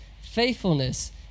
faithfulness